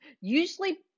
usually